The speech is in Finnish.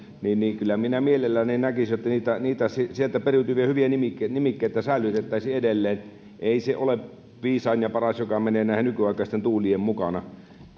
minä kyllä mielelläni näkisin että niitä sieltä periytyviä hyviä nimikkeitä säilytettäisiin edelleen ei se ole viisain ja paras joka menee nykyaikaisten tuulien mukana